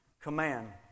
command